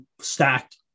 stacked